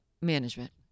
management